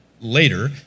later